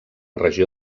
regió